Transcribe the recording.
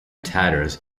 tatters